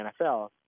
NFL